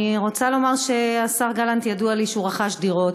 אני רוצה לומר שהשר גלנט, ידוע לי שהוא רכש דירות,